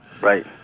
Right